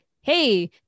hey